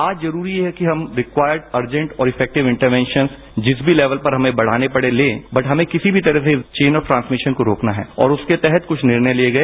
आज जरूरी है कि हम रिक्वायर्ड अर्जेंट इफ़ोक्टिव इंटरवेंशन जिस भी लेबल पर हमें बढ़ाने पड़े ले बट हमें किसी भी तरह से चेन ऑफ ट्रांसभिशन को रोकना है और उसके तहत कुछ निर्णय लिए गए